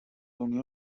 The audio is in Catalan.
unió